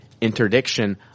interdiction